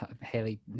Haley